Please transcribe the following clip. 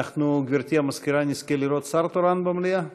אנחנו, גברתי המזכירה, נזכה לראות שר תורן במליאה?